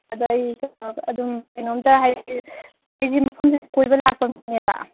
ꯑꯗꯣ ꯑꯩ ꯀꯩꯅꯣ ꯑꯗꯨꯝ ꯀꯩꯅꯣꯝꯇ ꯍꯥꯏꯗꯤ ꯑꯩꯁꯦ ꯃꯐꯝꯁꯤꯗ ꯀꯣꯏꯕ ꯂꯥꯛꯄ ꯃꯤꯅꯦꯕ